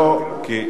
לא,